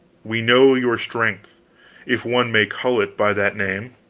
we know your strength if one may call it by that name.